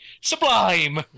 Sublime